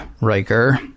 Riker